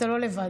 אתה לא לבד.